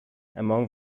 among